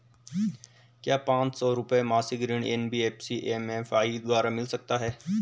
क्या पांच सौ रुपए मासिक ऋण एन.बी.एफ.सी एम.एफ.आई द्वारा मिल सकता है?